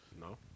No